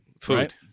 food